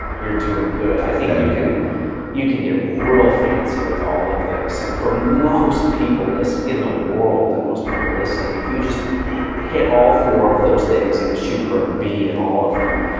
you're doing good. i think you can you can get real fancy with all of this and for most people in the world and most people listening if you just hit hit all four of those things and shoot for b in all of them,